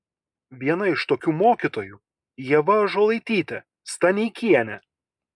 viena iš tokių mokytojų ieva ąžuolaitytė staneikienė